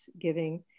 giving